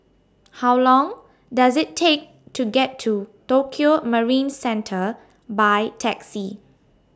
How Long Does IT Take to get to Tokio Marine Centre By Taxi